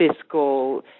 fiscal